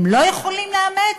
הם לא יכולים לאמץ,